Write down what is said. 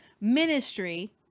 ministry